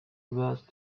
worse